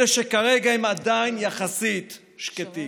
אלה שכרגע הם עדיין יחסית שקטים,